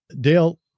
Dale